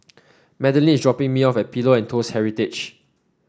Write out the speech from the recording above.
Madalynn is dropping me off at Pillows and Toast Heritage